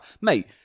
Mate